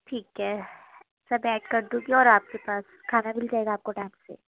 ٹھیک ہے سب ایڈ کر دوں گی اور آپ کے پاس کھانا مل جائے گا آپ کو ٹائم سے